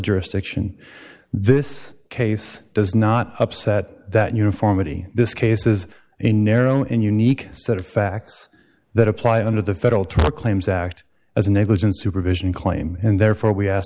jurisdiction this case does not upset that uniformity this case is a narrow and unique set of facts that apply under the federal tort claims act as a negligent supervision claim and therefore we ask